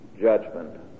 judgment